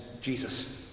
Jesus